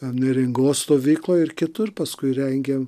neringos stovykloj ir kitur paskui rengėm